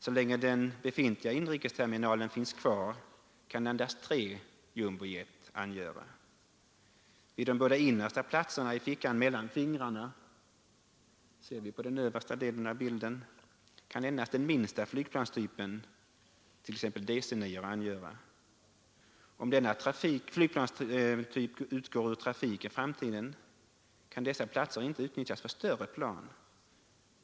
Så länge den befintliga inrikesterminalen finns kvar kan endast tre jumbojetplan angöra terminalen. Vid de båda innersta platserna i fickan mellan fingrarna kan endast den minsta flygplanstypen — t.ex. DC-9:or — angöra terminalen. Om denna flygplanstyp utgår ur trafik i framtiden kan dessa platser inte utnyttjas för större plan.